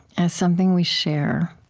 as something we share,